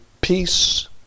peace